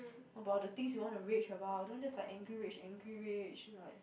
about the things you want to rage about don't just like angry rage angry rage like